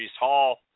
Hall